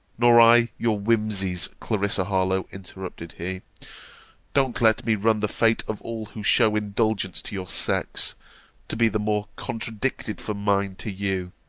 nor i your whimsies, clarissa harlowe, interrupted he don't let me run the fate of all who shew indulgence to your sex to be the more contradicted for mine to you.